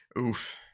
Oof